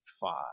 five